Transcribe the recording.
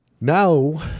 now